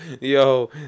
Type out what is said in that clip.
yo